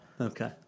Okay